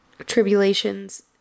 tribulations